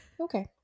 Okay